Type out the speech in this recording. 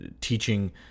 teaching